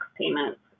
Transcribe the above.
payments